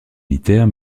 militaire